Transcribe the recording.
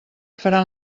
faran